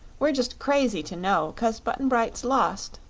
we're just crazy to know, cause button-bright's lost,